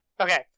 Okay